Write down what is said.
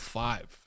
five